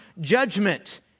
judgment